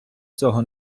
цього